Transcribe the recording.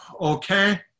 okay